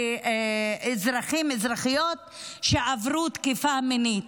לאזרחים ואזרחיות שעברו תקיפה מינית.